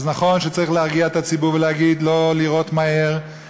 אז נכון שצריך להרגיע את הציבור ולהגיד לא לירות מהר,